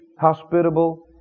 hospitable